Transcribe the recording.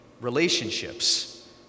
relationships